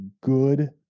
good